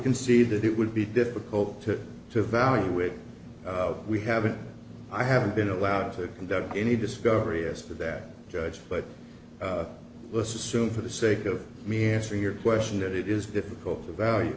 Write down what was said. concede that it would be difficult to devalue which we haven't i haven't been allowed to conduct any discovery or for that judge but let's assume for the sake of me answer your question that it is difficult to value